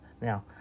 now